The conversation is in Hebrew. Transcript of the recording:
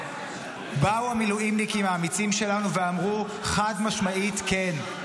באו המילואימניקים האמיצים שלנו ואמרו: חד-משמעית כן.